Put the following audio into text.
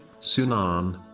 Sunan